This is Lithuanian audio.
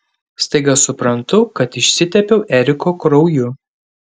staiga suprantu kad išsitepiau eriko krauju